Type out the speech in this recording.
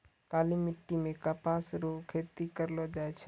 काली मिट्टी मे कपास रो खेती करलो जाय छै